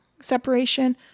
separation